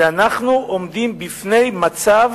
ואנחנו עומדים בפני מצב